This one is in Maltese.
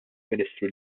ministru